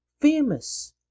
famous